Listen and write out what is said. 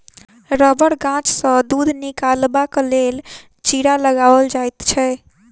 रबड़ गाछसँ दूध निकालबाक लेल चीरा लगाओल जाइत छै